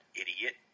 idiot